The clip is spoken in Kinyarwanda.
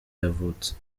yavutse